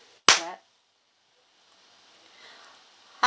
clap